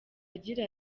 agira